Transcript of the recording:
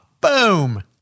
Boom